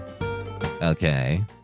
Okay